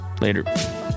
Later